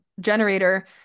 generator